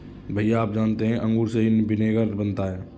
भैया आप जानते हैं अंगूर से ही विनेगर बनता है